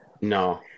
No